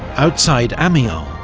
outside amiens,